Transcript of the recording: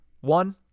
one